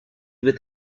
with